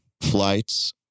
flights